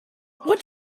what